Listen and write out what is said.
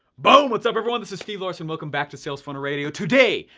boom! what's up everyone this is steve larsen, welcome back to sales funnel radio. today,